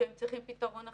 שהם צריכים פתרון אחר.